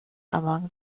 among